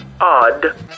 Odd